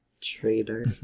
traitor